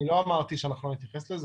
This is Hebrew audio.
אני לא אמרתי שאנחנו לא נתייחס לזה,